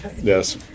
Yes